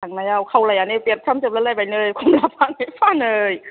थांनायाव खावलायानो बेरफ्रामजोबलाय लायबाय नै कमला फानै फानै